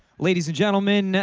ladies and gentlemen,